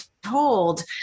Told